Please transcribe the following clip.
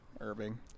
Irving